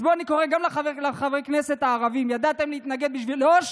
אז פה אני קורא גם לחברי הכנסת הערבים: ידעתם להתנגד בשביל יו"ש,